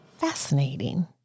Fascinating